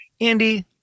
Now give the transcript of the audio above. Andy